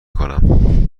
کنم